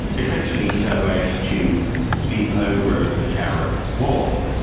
essentially so as to leap over the tariff wall.